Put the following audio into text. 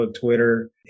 Twitter